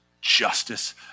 justice